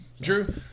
Drew